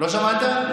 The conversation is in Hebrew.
לא שמעתי.